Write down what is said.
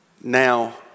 Now